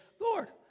Lord